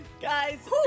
guys